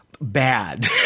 bad